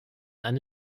eine